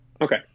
Okay